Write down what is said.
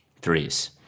threes